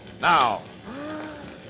Now